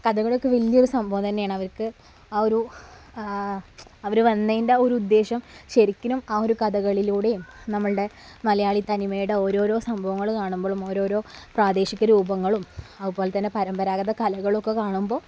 കഥകളിയൊക്കെ വലിയ ഒരു സംഭവം തന്നെയാണ് അവര്ക്ക് അവര് വന്നതിന്റെ ആ ഒരു ഉദ്ദേശം ശരിക്കിനും ആ ഒരു കഥകളിലൂടെയും നമ്മളുടെ മലയാളി തനിമയുടെ ഓരോരോ സംഭവങ്ങള് കാണുമ്പോഴും ഓരോ പ്രാദേശികരൂപങ്ങളും അതുപോലെ തന്നെ പരമ്പരാഗത കലകളും ഒക്കെ കാണുമ്പോള്